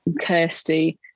Kirsty